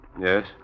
Yes